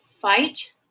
fight